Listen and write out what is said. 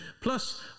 plus